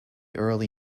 early